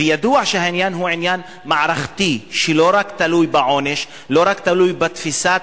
וידוע שהעניין הוא עניין מערכתי שלא רק תלוי בעונש ולא רק תלוי בתפיסת